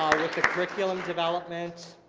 with the curriculum development.